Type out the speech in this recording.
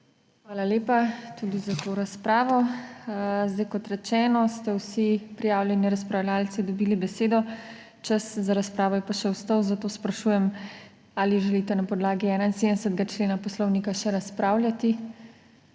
Hvala lepa tudi za to razpravo. Kot rečeno, ste vsi prijavljeni razpravljavci dobili besedo, čas za razpravo je pa še ostal. Zato sprašujem, ali želite na podlagi 71. člena Poslovnika še razpravljati.